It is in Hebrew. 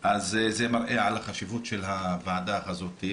אז זה מראה על החשיבות של הוועדה הזאת.